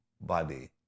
body